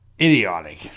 Idiotic